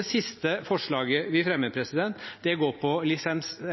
Det siste forslaget vi fremmer, går på § 7-lotteriene, hvor vi ber om å se på